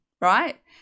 right